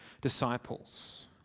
disciples